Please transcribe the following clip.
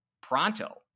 pronto